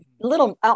little